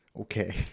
Okay